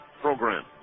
program